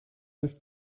ist